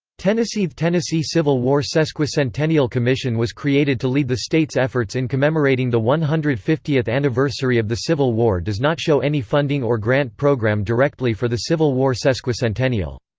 tennesseethe tennessee civil war sesquicentennial commission was created to lead the state's efforts in commemorating the one hundred and fiftieth anniversary of the civil war does not show any funding or grant program directly for the civil war sesquicentennial.